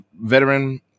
veteran